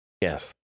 Yes